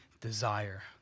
desire